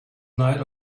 night